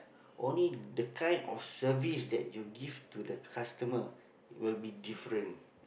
only the kind of service that you give to the customer will be different